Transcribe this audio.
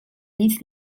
nic